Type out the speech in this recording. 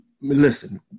listen